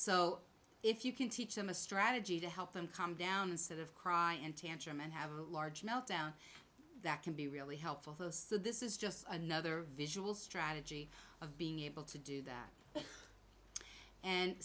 so if you can teach them a strategy to help them calm down instead of crying and tantrum and have a large meltdown that can be really helpful so this is just another visual strategy of being able to do that and